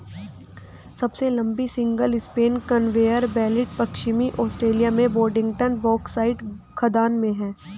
सबसे लंबी single span conveyor belt पश्चिमी ऑस्ट्रेलिया में बोडिंगटन बॉक्साइट खदान में है